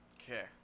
Okay